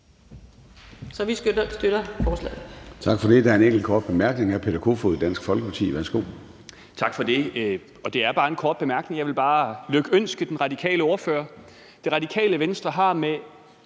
Så vi støtter forslaget.